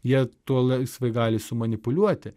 jie tuo laisvai gali sumanipuliuoti